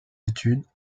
études